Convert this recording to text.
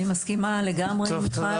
אני מסכימה לגמרי עם מיכל.